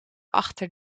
achter